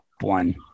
One